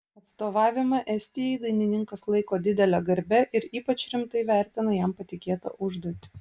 atstovavimą estijai dainininkas laiko didele garbe ir ypač rimtai vertina jam patikėtą užduotį